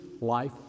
life